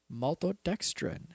Maltodextrin